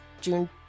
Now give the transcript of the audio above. June